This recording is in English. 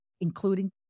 including